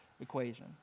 equation